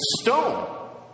stone